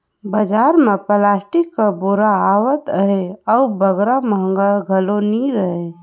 बजार मे पलास्टिक कर बोरा आवत अहे अउ बगरा महगा घलो नी रहें